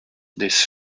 these